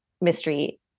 mystery